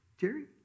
Jerry